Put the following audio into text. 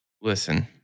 Listen